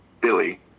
Billy